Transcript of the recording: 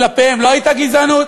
כלפיהם לא הייתה גזענות?